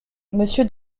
monsieur